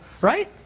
right